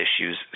issues